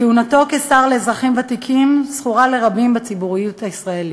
כהונתו כשר לאזרחים ותיקים זכורה לרבים בציבוריות הישראלית,